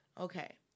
Okay